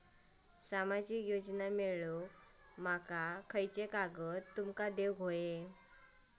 सामाजिक योजना मिलवूक माका कोनते कागद तुमका देऊक व्हये?